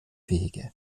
wege